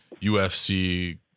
UFC